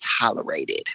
tolerated